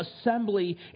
assembly